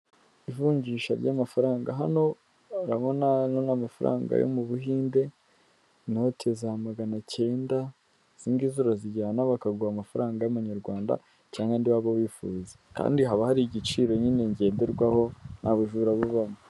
Ivunjisha ry'amafaranga; hano urabona ano ni amafaranga yo mu Buhinde, inoti za magana cyenda, izi ngizi urazijyana bakaguha amafaranga y'amanyarwanda cyangwa andi waba wifuza. Kandi haba hari igiciro nyine ngenderwaho nta bujura bubonamo.